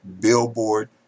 billboard